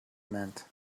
meant